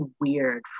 weird